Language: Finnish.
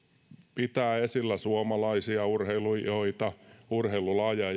pitää esillä suomalaisia urheilijoita urheilulajeja